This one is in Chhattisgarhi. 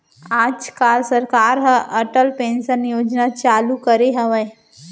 आज काल सरकार ह अटल पेंसन योजना चालू करे हवय